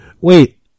Wait